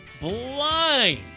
blind